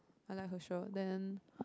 I like her shirt then